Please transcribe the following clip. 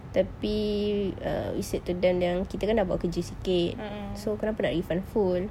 tapi err we said to them yang kita kan sudah buat kerja sikit so kenapa nak refund full